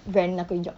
rent 那个 yacht